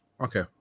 Okay